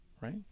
right